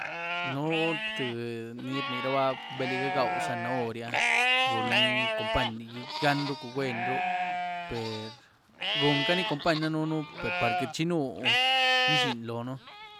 Nú tïé ni rniraba beliga gwau zanaory áh, runí company gan rucu gwenru per runcaní company danënu per par queity chinú izhiny loóën.